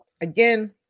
Again